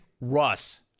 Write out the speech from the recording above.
Russ